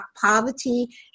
poverty